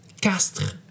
Castres